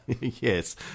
yes